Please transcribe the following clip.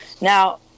Now